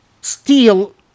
steal